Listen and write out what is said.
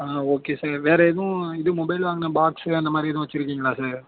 ஆ okay sir வேறு எதுவும் இது மொபைல் வாங்கின பாக்ஸ்ஸு அந்த மாதிரி ஏதும் வச்சுருக்கிங்களா சார்